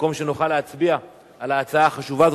במקום שנוכל להצביע על ההצעה החשובה הזאת,